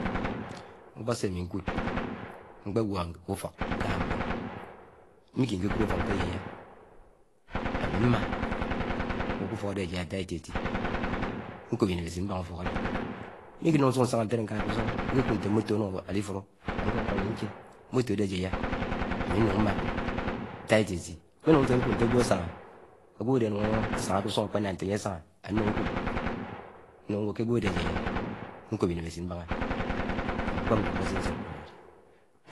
Ṉḱṕo̱ śẹ aṃi̱ ṇkúd, nḱṕe, nǵẃọ ḱe úfọk nká mḱṕo, nḱém̱e iḱiḱud úfọk ṉt́é ajoiya Ám̱í mma ṉẃo ké úfok Ade ajaya áṯa éti eti nkóp ínẹmechit m̱b́áha ụfók Áde̱ mekeme l̄ṉun sé ṉsah́a ntele nka ké usun kékud nt́e ńkṕo isan anun awed alifule Ami ṉkókó áyén nche o̱ḱpo̱ isan Ade ájaiyá áta éti̱ eti̱ mm̱enu̱n ṉse nkud nte agw̱o asaha agwo ade ańún asaha ke usun akpenah nte anye ása̱h́a Ami nun ṇkudi nu̱m nwo ké ágwo Ade ájaiya nko̱p, iṉémechi̱t mbaha mm̱e kpó mme ḱpo̱ see nse nkud ādé̱dé̱